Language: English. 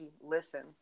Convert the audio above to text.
listen